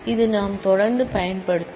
இதை நாம் தொடர்ந்து பயன்படுத்துவோம்